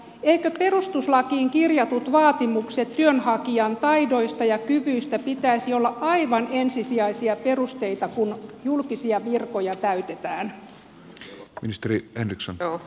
eikö perustuslakiin kirjattujen vaatimusten työnhakijan taidoista ja kyvyistä pitäisi olla aivan ensisijaisia perusteita kun julkisia virkoja täytetään